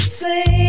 say